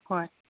ꯍꯣꯏ